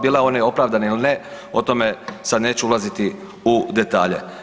Bile one opravdane ili ne o tome sad neću ulaziti u detalje.